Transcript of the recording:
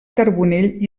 carbonell